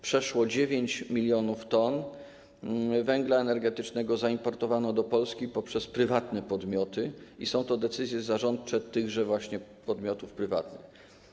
Przeszło 9 mln t węgla energetycznego zaimportowano do Polski poprzez prywatne podmioty i są to decyzje zarządcze tychże właśnie podmiotów prywatnych.